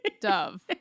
dove